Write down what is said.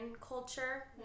culture